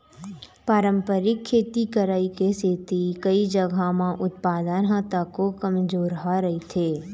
पारंपरिक खेती करई के सेती कइ जघा के उत्पादन ह तको कमजोरहा रहिथे